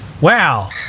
wow